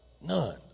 None